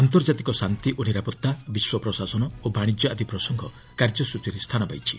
ଆନ୍ତର୍ଜାତିକ ଶାନ୍ତି ଓ ନିରାପତ୍ତା ବିଶ୍ୱ ପ୍ରଶାସନ ଓ ବାଣିଜ୍ୟ ଆଦି ପ୍ରସଙ୍ଗ କାର୍ଯ୍ୟସ୍ଟଚୀରେ ସ୍ଥାନ ପାଇଛି